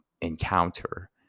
encounter